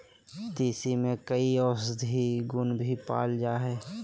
तीसी में कई औषधीय गुण भी पाल जाय हइ